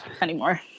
anymore